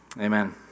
Amen